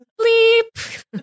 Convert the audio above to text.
Bleep